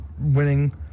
winning